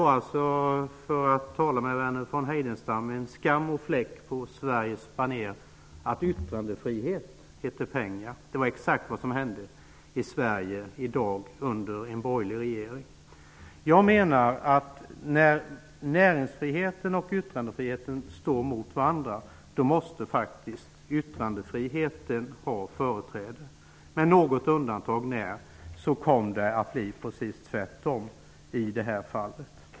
I anslutning till vad Verner von Heidenstam sade, kan man säga att det är en skam och en fläck på Sveriges baner att yttrandefrihet heter pengar. Exakt så har det gått till i Sverige i dag under en borgerlig regering. Jag menar att yttrandefriheten faktiskt måste ha företräde när näringsfriheten och yttrandefriheten står mot varandra. Med något undantag när kom det i det här fallet att bli precis tvärtom.